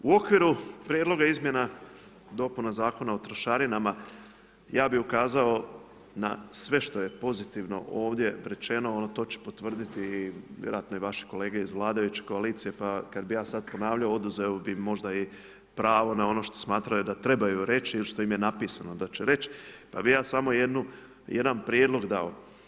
U okviru prijedloga izmjena dopuna zakona o trošarinama, ja bih ukazao na sve što je pozitivno ovdje rečeno, a to će potvrditi vjerojatno i vaši kolege iz vladajuće koalicije pa kad bi ja sad ponavljao oduzeo bih možda i pravo na ono što smatraju da trebaju reći ili što im je napisano da će reći pa bih ja samo jedan prijedlog dao.